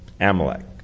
Amalek